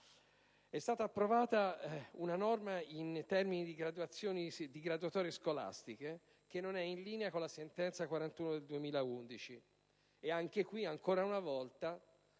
È stata approvata una norma in materia di graduatorie scolastiche che non è in linea con la sentenza n. 41 del 2011, e ancora una volta,